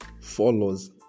follows